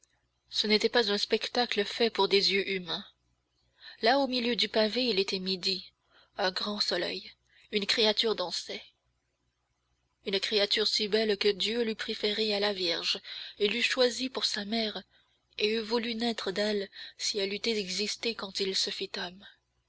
ce n'était pas un spectacle fait pour des yeux humains là au milieu du pavé il était midi un grand soleil une créature dansait une créature si belle que dieu l'eût préférée à la vierge et l'eût choisie pour sa mère et eût voulu naître d'elle si elle eût existé quand il se fit